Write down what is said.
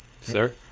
sir